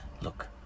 Look